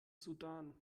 sudan